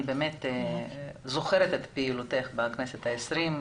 אני זוכרת את פעילותך בכנסת ה-20.